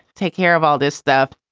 take care of all this stuff.